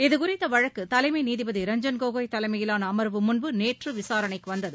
இது குறித்தவழக்குதலைமைநீதிபதி ரஞ்சன் கோகாய் தலைமையிலானஅமா்வு முன்பு நேற்றுவிசாரனைக்குவந்தது